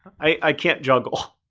i i can't juggle.